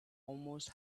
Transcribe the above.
almost